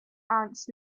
ants